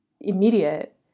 immediate